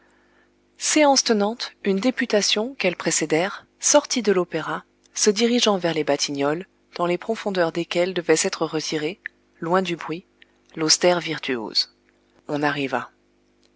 séance tenante une députation qu'elles précédèrent sortit de l'opéra se dirigeant vers les batignolles dans les profondeurs desquelles devait s'être retiré loin du bruit l'austère virtuose on arriva